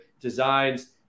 designs